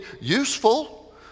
useful